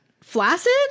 Flaccid